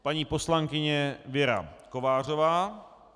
Paní poslankyně Věra Kovářová.